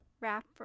wrap